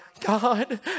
God